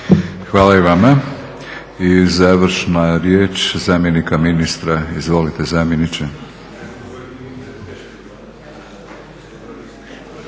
Hvala i vama. I završna riječ zamjenika ministra. Izvolite zamjeniče.